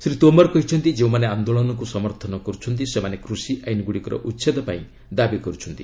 ଶ୍ରୀ ତୋମର କହିଛନ୍ତି ଯେଉଁମାନେ ଆନ୍ଦୋଳନକୁ ସମର୍ଥନ କରୁଛନ୍ତି ସେମାନେ କୃଷି ଆଇନ୍ଗୁଡ଼ିକର ଉଚ୍ଛେଦ ପାଇଁ ଦାବି କରୁଛନ୍ତି